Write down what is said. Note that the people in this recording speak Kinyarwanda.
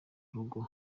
rugo